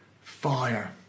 fire